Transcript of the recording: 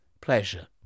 pleasure